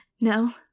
No